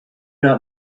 not